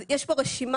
(שקף: תוכנית הסיעוד הלאומית 2018). יש פה רשימה